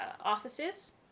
offices